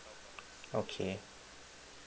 okay